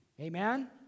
Amen